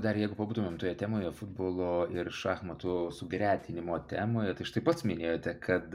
dar jeigu pabūtumėm toje temoje futbolo ir šachmatų sugretinimo temoje tai štai pats minėjote kad